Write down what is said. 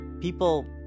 people